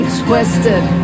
twisted